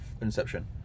Inception